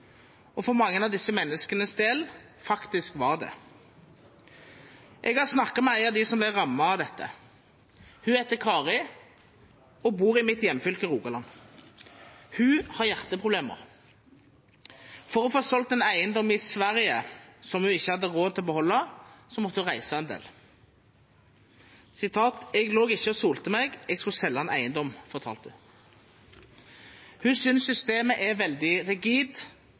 Og for mange av disse menneskenes del var de faktisk det. Jeg har snakket med en av dem som ble rammet av dette. Hun heter Kari og bor i mitt hjemfylke Rogaland. Hun har hjerteproblemer. For å få solgt en eiendom i Sverige som hun ikke hadde råd til å beholde, måtte hun reise en del. Jeg lå ikke og solte meg, jeg skulle selge en eiendom, fortalte hun meg. Hun synes systemet er veldig rigid